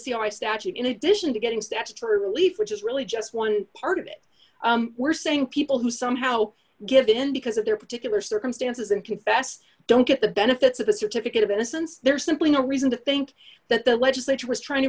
i statute in addition to getting statutory relief which is really just one part of it we're saying people who somehow give in because of their particular circumstances and confessed don't get the benefits of the certificate of innocence there is simply no reason to think that the legislature was trying to